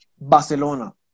Barcelona